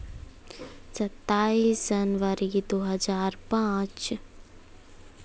सत्ताईस जनवरी दो हज़ार पाँच